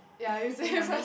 ya you say first